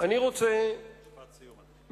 אני רוצה, משפט סיום, אדוני.